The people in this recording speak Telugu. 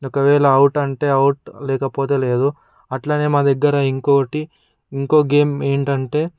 ఒకవేళ అవుట్ అంటే అవుట్ లేకపోతే లేదు అట్లనే మా దగ్గర ఇంకోటి ఇంకో గేమ్ ఏంటంటే